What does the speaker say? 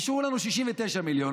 אישרו לנו 69 מיליון,